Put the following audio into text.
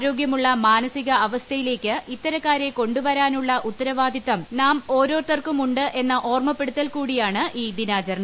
ആരോഗ്യമുള്ള മാനസിക അവസ്ഥയിലേക്ക് ഇത്തരക്കാരെ കൊണ്ടുവരാനുള്ള ഉത്തരവാദിത്തം നാം ഓരോരുത്തർക്കുമുണ്ട് എന്ന ഓർമ്മപ്പെടുത്തൽ കൂടിയാണ് ഈ ദിനാചരണം